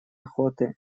охоты